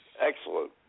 excellent